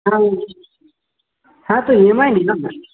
হ্যাঁ হ্যাঁ তো ইএমআই নিয়ে নাও না